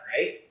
right